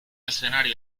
escenario